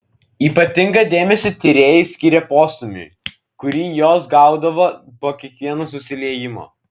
ypatingą dėmesį tyrėjai skyrė postūmiui kurį jos gaudavo po kiekvieno susiliejimo